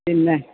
പിന്നെ